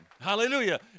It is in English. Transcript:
Hallelujah